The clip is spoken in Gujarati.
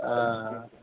અ